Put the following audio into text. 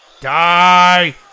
Die